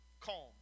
calm